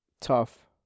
tough